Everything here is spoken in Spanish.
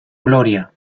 gloria